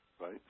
right